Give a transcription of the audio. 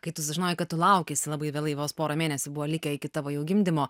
kai tu sužinojai kad tu laukiesi labai vėlai vos porą mėnesių buvo likę iki tavo jau gimdymo